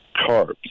carbs